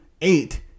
eight